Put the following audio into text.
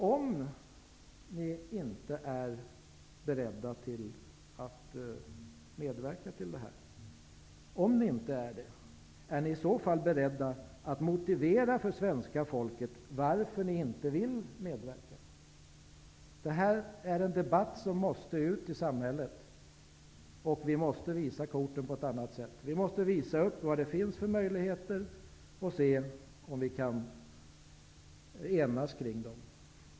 Om ni inte är beredda att medverka, är ni i så fall beredda att motivera inför svenska folket varför ni inte vill medverka. Det här en debatt som måste ut i samhället, och vi måste visa korten på ett annat sätt. Vi måste visa upp vad det finns för möjligheter och se om vi kan enas kring dem.